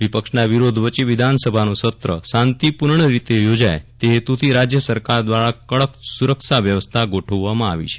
વિપક્ષના વિરોધ વચ્ચે વિધાનસભાનું સત્ર શાંતિપૂર્ણ રીતે યોજાય તે હેતુથી રાજય સરકાર દ્વારા કડક સુરક્ષા વ્યવસ્તા ગોઠવવામાં આવી છે